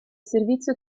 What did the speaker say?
servizio